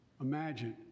Imagine